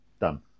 Done